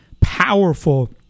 powerful